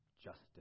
justice